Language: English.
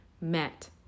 met